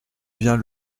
vient